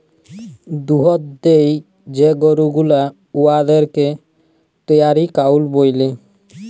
দুহুদ দেয় যে গরু গুলা উয়াদেরকে ডেয়ারি কাউ ব্যলে